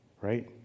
right